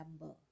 number